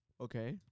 Okay